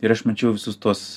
ir aš mačiau visus tuos